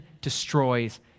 destroys